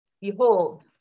Behold